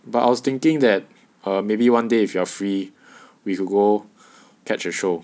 but I was thinking that err maybe one day if you are free we could go catch a show